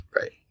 Right